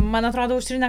man atrodo aušrine